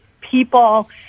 people